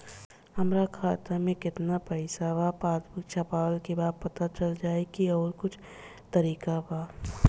हमरा खाता में केतना पइसा बा पासबुक छपला के बाद पता चल जाई कि आउर कुछ तरिका बा?